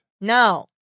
No